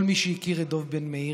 כל מי שהכיר את דב בן-מאיר